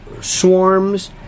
swarms